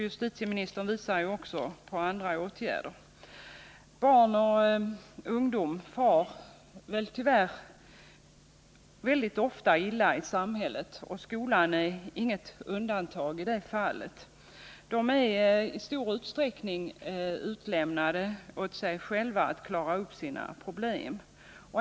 Justitieministern visar ju också på andra åtgärder. Barn och ungdom far tyvärr ofta illa i samhället, där skolan inte utgör något undantag. Barn och ungdomar är i så stor utsträckning utlämnade åt sig själva att klara upp sina problem.